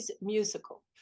musical